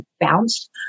bounced